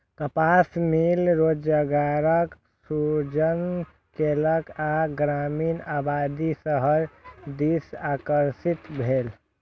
कपास मिल रोजगारक सृजन केलक आ ग्रामीण आबादी शहर दिस आकर्षित भेल